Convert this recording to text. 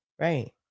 Right